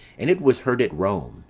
and it was heard at rome,